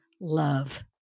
love